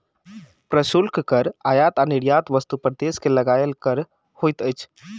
प्रशुल्क कर आयात आ निर्यात वस्तु पर देश के लगायल कर होइत अछि